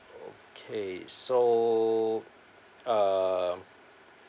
okay so uh